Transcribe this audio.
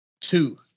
Two